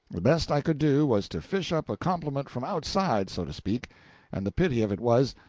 the best i could do was to fish up a compliment from outside, so to speak and the pity of it was,